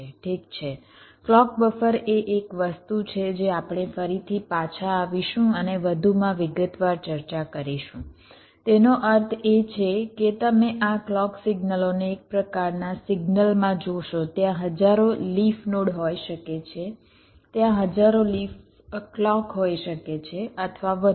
ઠીક છે clock buffer એ એક વસ્તુ છે જે આપણે ફરીથી પાછા આવીશું અને વધુ વિગતવાર ચર્ચા કરીશું તેનો અર્થ એ છે કે તમે આ ક્લૉક સિગ્નલોને એક પ્રકારનાં સિગ્નલમાં જોશો જ્યાં હજારો લિફ નોડ હોઈ શકે છે ત્યાં હજારો લિફ ક્લૉક હોઈ શકે છે અથવા વધુ